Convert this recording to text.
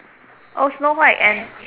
oh snow white and